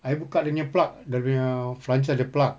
I buka dia punya plug dia punya flange dia ada plug